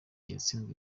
yatsinzwe